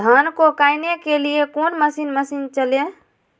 धन को कायने के लिए कौन मसीन मशीन चले?